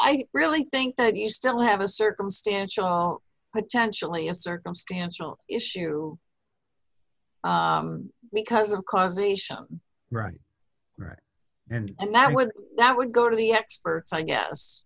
i really think that you still have a circumstantial potentially a circumstantial issue because of causation right right and that would that would go to the experts i guess